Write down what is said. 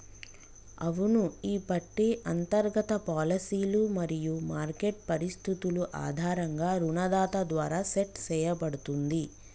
అవును ఈ పట్టి అంతర్గత పాలసీలు మరియు మార్కెట్ పరిస్థితులు ఆధారంగా రుణదాత ద్వారా సెట్ సేయబడుతుంది